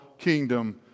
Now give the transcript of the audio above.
kingdom